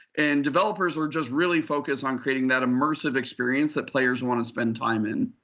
and developers are just really focused on creating that immersive experience that players want to spend time in.